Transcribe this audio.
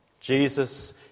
Jesus